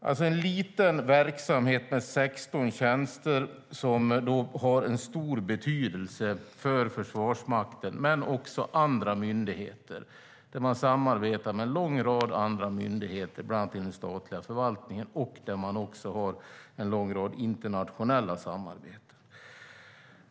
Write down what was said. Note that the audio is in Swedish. Det är en liten verksamhet med 16 tjänster som har stor betydelse för Försvarsmakten, men också för andra myndigheter. Man samarbetar med en lång rad andra myndigheter, bland annat i den statliga förvaltningen. Man har också en lång rad internationella samarbeten.